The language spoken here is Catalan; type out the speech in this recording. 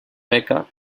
beca